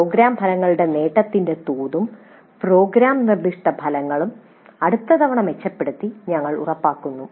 programme ഫലങ്ങളുടെ നേട്ടത്തിന്റെ തോതും പ്രോഗ്രാം നിർദ്ദിഷ്ട ഫലങ്ങളും അടുത്ത തവണ മെച്ചപ്പെടുത്തി ഞങ്ങൾ ഉറപ്പാക്കുന്നു